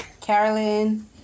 Carolyn